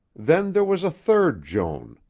then there was a third joan,